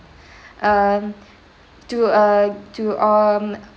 um to uh to um